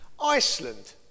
Iceland